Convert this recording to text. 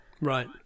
right